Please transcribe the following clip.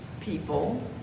people